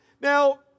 Now